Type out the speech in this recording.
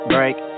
Break